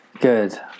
Good